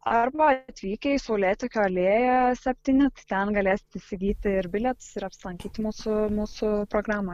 arba atvykę į saulėtekio alėją septyni ten galėsit įsigyti ir bilietus ir apsilankyti mūsų mūsų programoj